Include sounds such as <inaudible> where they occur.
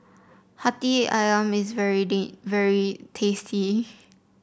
hati ayam is very <unintelligible> very tasty